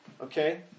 Okay